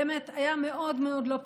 באמת, היה מאוד מאוד לא פשוט,